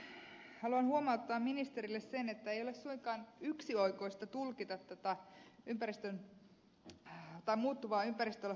haluan huomauttaa ministerille sen että ei ole suinkaan yksioikoista tulkita tätä muuttuvaa ympäristönsuojelulakia